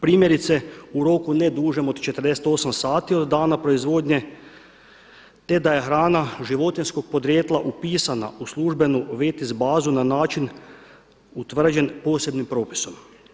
Primjerice, u roku ne dužem od 48 sati od dana proizvodnje te da je hrana životinjskog podrijetla upisana u službenu … bazu na način utvrđen posebnim propisom.